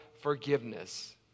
Forgiveness